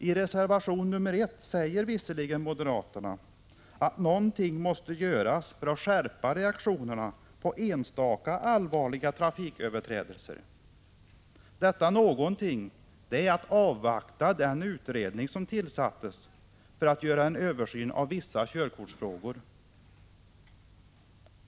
I reservation 1 säger visserligen moderaterna att någonting måste göras för att skärpa reaktionerna på enstaka allvarliga trafiköverträdelser. Detta — någonting — är att avvakta den utredning som tillsatts för att göra en översyn beträffande vissa körkortsfrågor.